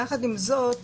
יחד עם זאת,